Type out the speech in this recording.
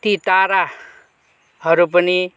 ती ताराहरू पनि